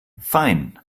fein